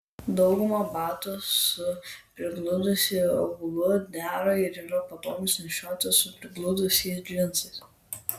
dauguma batų su prigludusiu aulu dera ir yra patogūs nešioti su prigludusiais džinsais